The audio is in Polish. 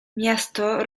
miasto